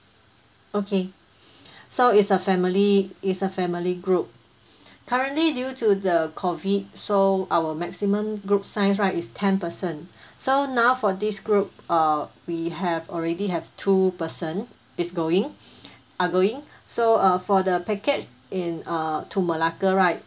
okay so it's a family it's a family group currently due to the COVID so our maximum group size right is ten person so now for this group err we have already have two person is going are going so uh for the package in err to malacca right